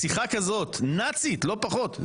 שיחה כזאת, נאצית לא פחות.